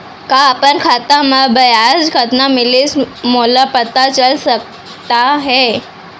का अपन खाता म ब्याज कतना मिलिस मोला पता चल सकता है?